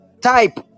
type